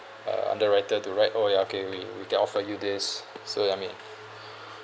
uh underwriter to write oh ya okay we we can offer you this so ya I mean